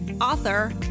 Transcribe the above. author